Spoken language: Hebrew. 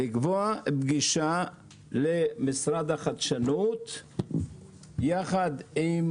לקבוע פגישה למשרד החדשנות יחד עם